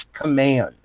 command